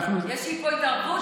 יש לי פה התערבות,